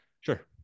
sure